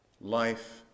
life